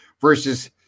versus